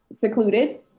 secluded